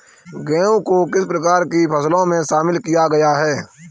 गेहूँ को किस प्रकार की फसलों में शामिल किया गया है?